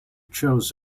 chose